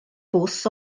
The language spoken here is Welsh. bws